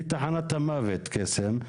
היא תחנת המוות קסם,